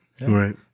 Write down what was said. Right